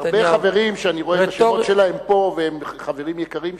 הרבה חברים שאני רואה את השמות שלהם פה והם חברים יקרים שלי,